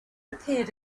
appeared